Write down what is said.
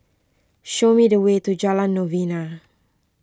show me the way to Jalan Novena